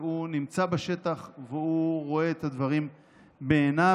והוא נמצא בשטח ורואה את הדברים בעיניו.